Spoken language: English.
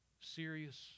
serious